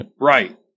Right